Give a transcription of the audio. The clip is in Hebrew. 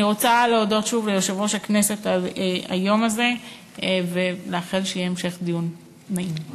אני רוצה להודות שוב ליושב-ראש הכנסת על היום הזה ולאחל המשך דיון נעים.